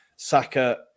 Saka